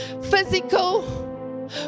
physical